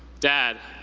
dad,